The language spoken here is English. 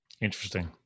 Interesting